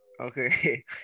Okay